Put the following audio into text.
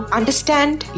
understand